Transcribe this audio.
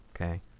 okay